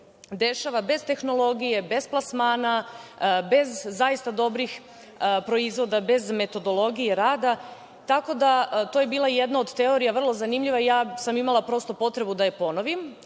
dešava bez tehnologije, bez plasmana, bez zaista dobrih proizvoda, bez metodologije rada, tako da je to bila jedna od teorija vrlo zanimljiva. Ja sam imala prosto potrebu da je ponovim.